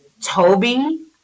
toby